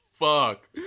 fuck